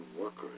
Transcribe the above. workers